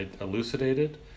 elucidated